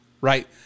right